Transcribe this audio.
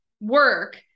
work